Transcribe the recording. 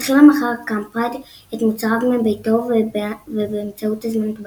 בתחילה מכר קמפראד את מוצריו מביתו ובאמצעות הזמנות בדואר,